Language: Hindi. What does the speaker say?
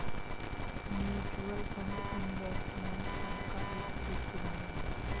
म्यूचूअल फंड इनवेस्टमेंट फंड का एक उपयुक्त उदाहरण है